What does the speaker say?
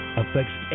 affects